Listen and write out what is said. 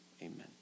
Amen